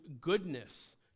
goodness